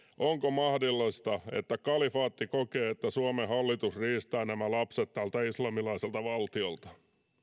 onko mahdollista että kalifaatti kokee että suomen hallitus riistää nämä lapset tältä islamilaiselta valtiolta